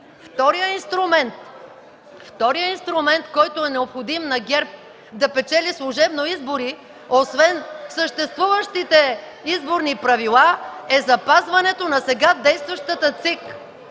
вторият инструмент, който е необходим на ГЕРБ да печели служебно избори освен съществуващите изборни правила, е запазването на сега действащата ЦИК,